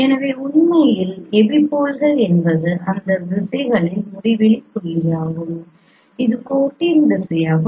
எனவே உண்மையில் எபிபோல்கள் என்பது அந்த திசைகளில் முடிவிலி புள்ளியாகும் இது கோட்டின் திசையாகும்